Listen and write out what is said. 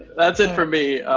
that's it from me.